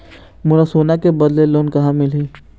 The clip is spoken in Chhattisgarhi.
मोला सोना के बदले लोन कहां मिलही?